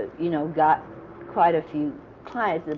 you know, got quite a few clients.